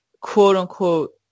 quote-unquote